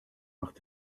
macht